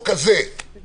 היא